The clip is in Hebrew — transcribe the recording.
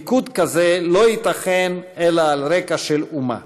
ליכוד כזה לא ייתכן אלא על הרקע של אומה".